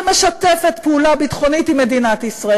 שמשתפת פעולה ביטחונית עם מדינת ישראל,